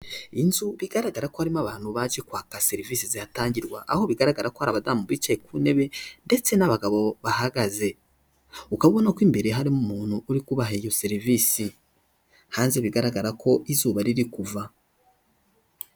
Inzu bigaragara ko harimo abantu baje kwaka serivisi zihatangirwa, aho bigaragara ko hari abadamu bicaye ku ntebe, ndetse n'abagabo bahagaze, ukabona ko imbere harimo umuntu uri kubaha iyo serivisi, hanze bigaragara ko izuba riri kuva.